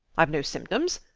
ive no symptoms.